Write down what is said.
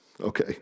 Okay